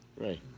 Right